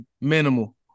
minimal